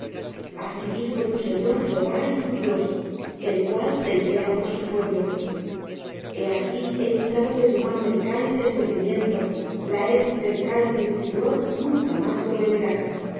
así dijo tu señor jehová y tu dios el cual pleitea por su pueblo he aquí he quitado de tu mano el cáliz de aturdimiento la hez del cáliz de mi furor nunca más lo beberás